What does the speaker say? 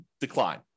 decline